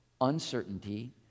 uncertainty